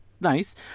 nice